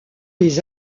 les